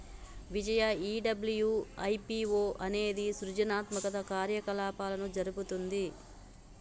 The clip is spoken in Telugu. విజయ ఈ డబ్ల్యు.ఐ.పి.ఓ అనేది సృజనాత్మక కార్యకలాపాలను జరుపుతుంది